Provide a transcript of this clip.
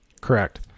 Correct